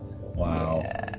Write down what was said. wow